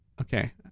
Okay